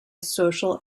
social